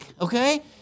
Okay